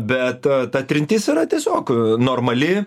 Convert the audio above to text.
bet ta trintis yra tiesiog normali